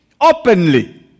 openly